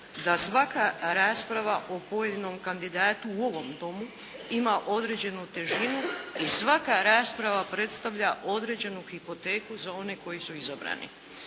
da svaka rasprava o pojedinom kandidatu u ovom Domu ima određenu težinu i svaka rasprava predstavlja određenu hipoteku za one koji su izabrani.